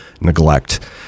neglect